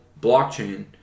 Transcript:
blockchain